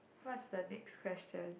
what's the next question